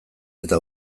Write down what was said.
eta